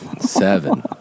Seven